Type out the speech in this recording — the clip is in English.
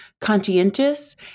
conscientious